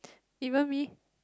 even me